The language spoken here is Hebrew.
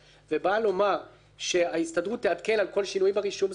ואומרת שההסתדרות תעדכן על כל שינוי ברישום זכויות,